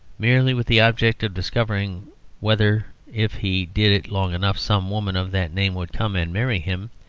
merely with the object of discovering whether if he did it long enough some woman of that name would come and marry him,